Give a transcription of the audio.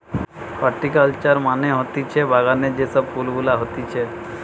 horticulture মানে হতিছে বাগানে যে সব ফুল গুলা হতিছে